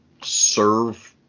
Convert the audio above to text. serve